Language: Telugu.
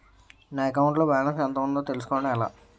నా అకౌంట్ లో బాలన్స్ ఎంత ఉందో తెలుసుకోవటం ఎలా?